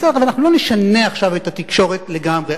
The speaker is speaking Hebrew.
בסדר, אנחנו לא נשנה עכשיו את התקשורת לגמרי.